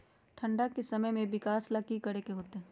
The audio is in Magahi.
ठंडा में फसल के विकास ला की करे के होतै?